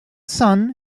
sun